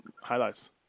highlights